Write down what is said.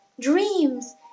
Dreams